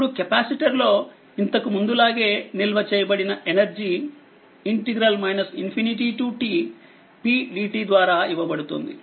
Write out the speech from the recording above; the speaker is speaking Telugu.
ఇప్పుడుకెపాసిటర్లో ఇంతకు ముందు లాగే నిల్వ చేయబడిన ఎనర్జీ tpdt ద్వారా ఇవ్వబడుతుంది